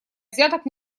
взяток